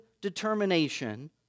determination